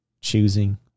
Choosing